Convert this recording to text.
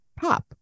pop